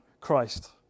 Christ